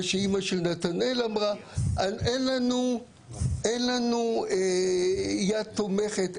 מה שאימא של נתנאל אמרה אין לנו יד תומכת,